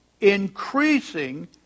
increasing